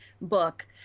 book